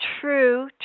true